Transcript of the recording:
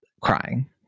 crying